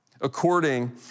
according